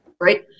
Right